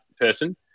person